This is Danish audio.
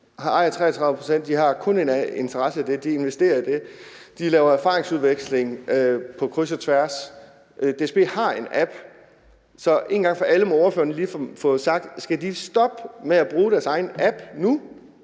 De ejer 33 pct., og de har kun en interesse i det. De investerer i det, og de laver erfaringsudveksling på kryds og tværs. DSB har en app, så en gang for alle må spørgeren lige få sagt: Skal de stoppe med at bruge deres egen app nu,